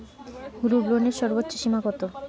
গ্রুপলোনের সর্বোচ্চ সীমা কত?